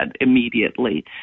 immediately